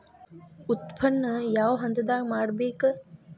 ಉತ್ಪನ್ನ ಯಾವ ಹಂತದಾಗ ಮಾಡ್ಬೇಕ್?